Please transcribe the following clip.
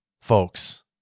folks